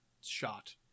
shot